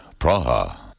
Praha